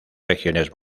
regiones